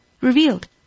revealed